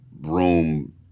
room